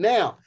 Now